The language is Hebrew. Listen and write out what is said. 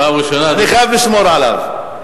אני חייב לשמור עליו.